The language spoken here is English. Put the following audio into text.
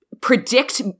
predict